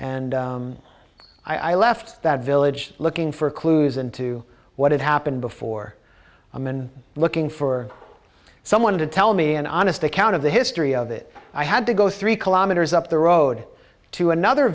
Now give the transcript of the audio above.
and i left that village looking for clues into what had happened before i'm and looking for someone to tell me an honest account of the history of it i had to go three kilometers up the road to another